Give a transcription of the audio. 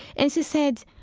and she said,